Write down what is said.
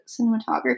cinematography